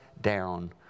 down